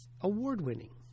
award-winning